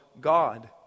God